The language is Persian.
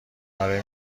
آره